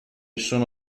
sono